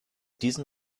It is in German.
diesen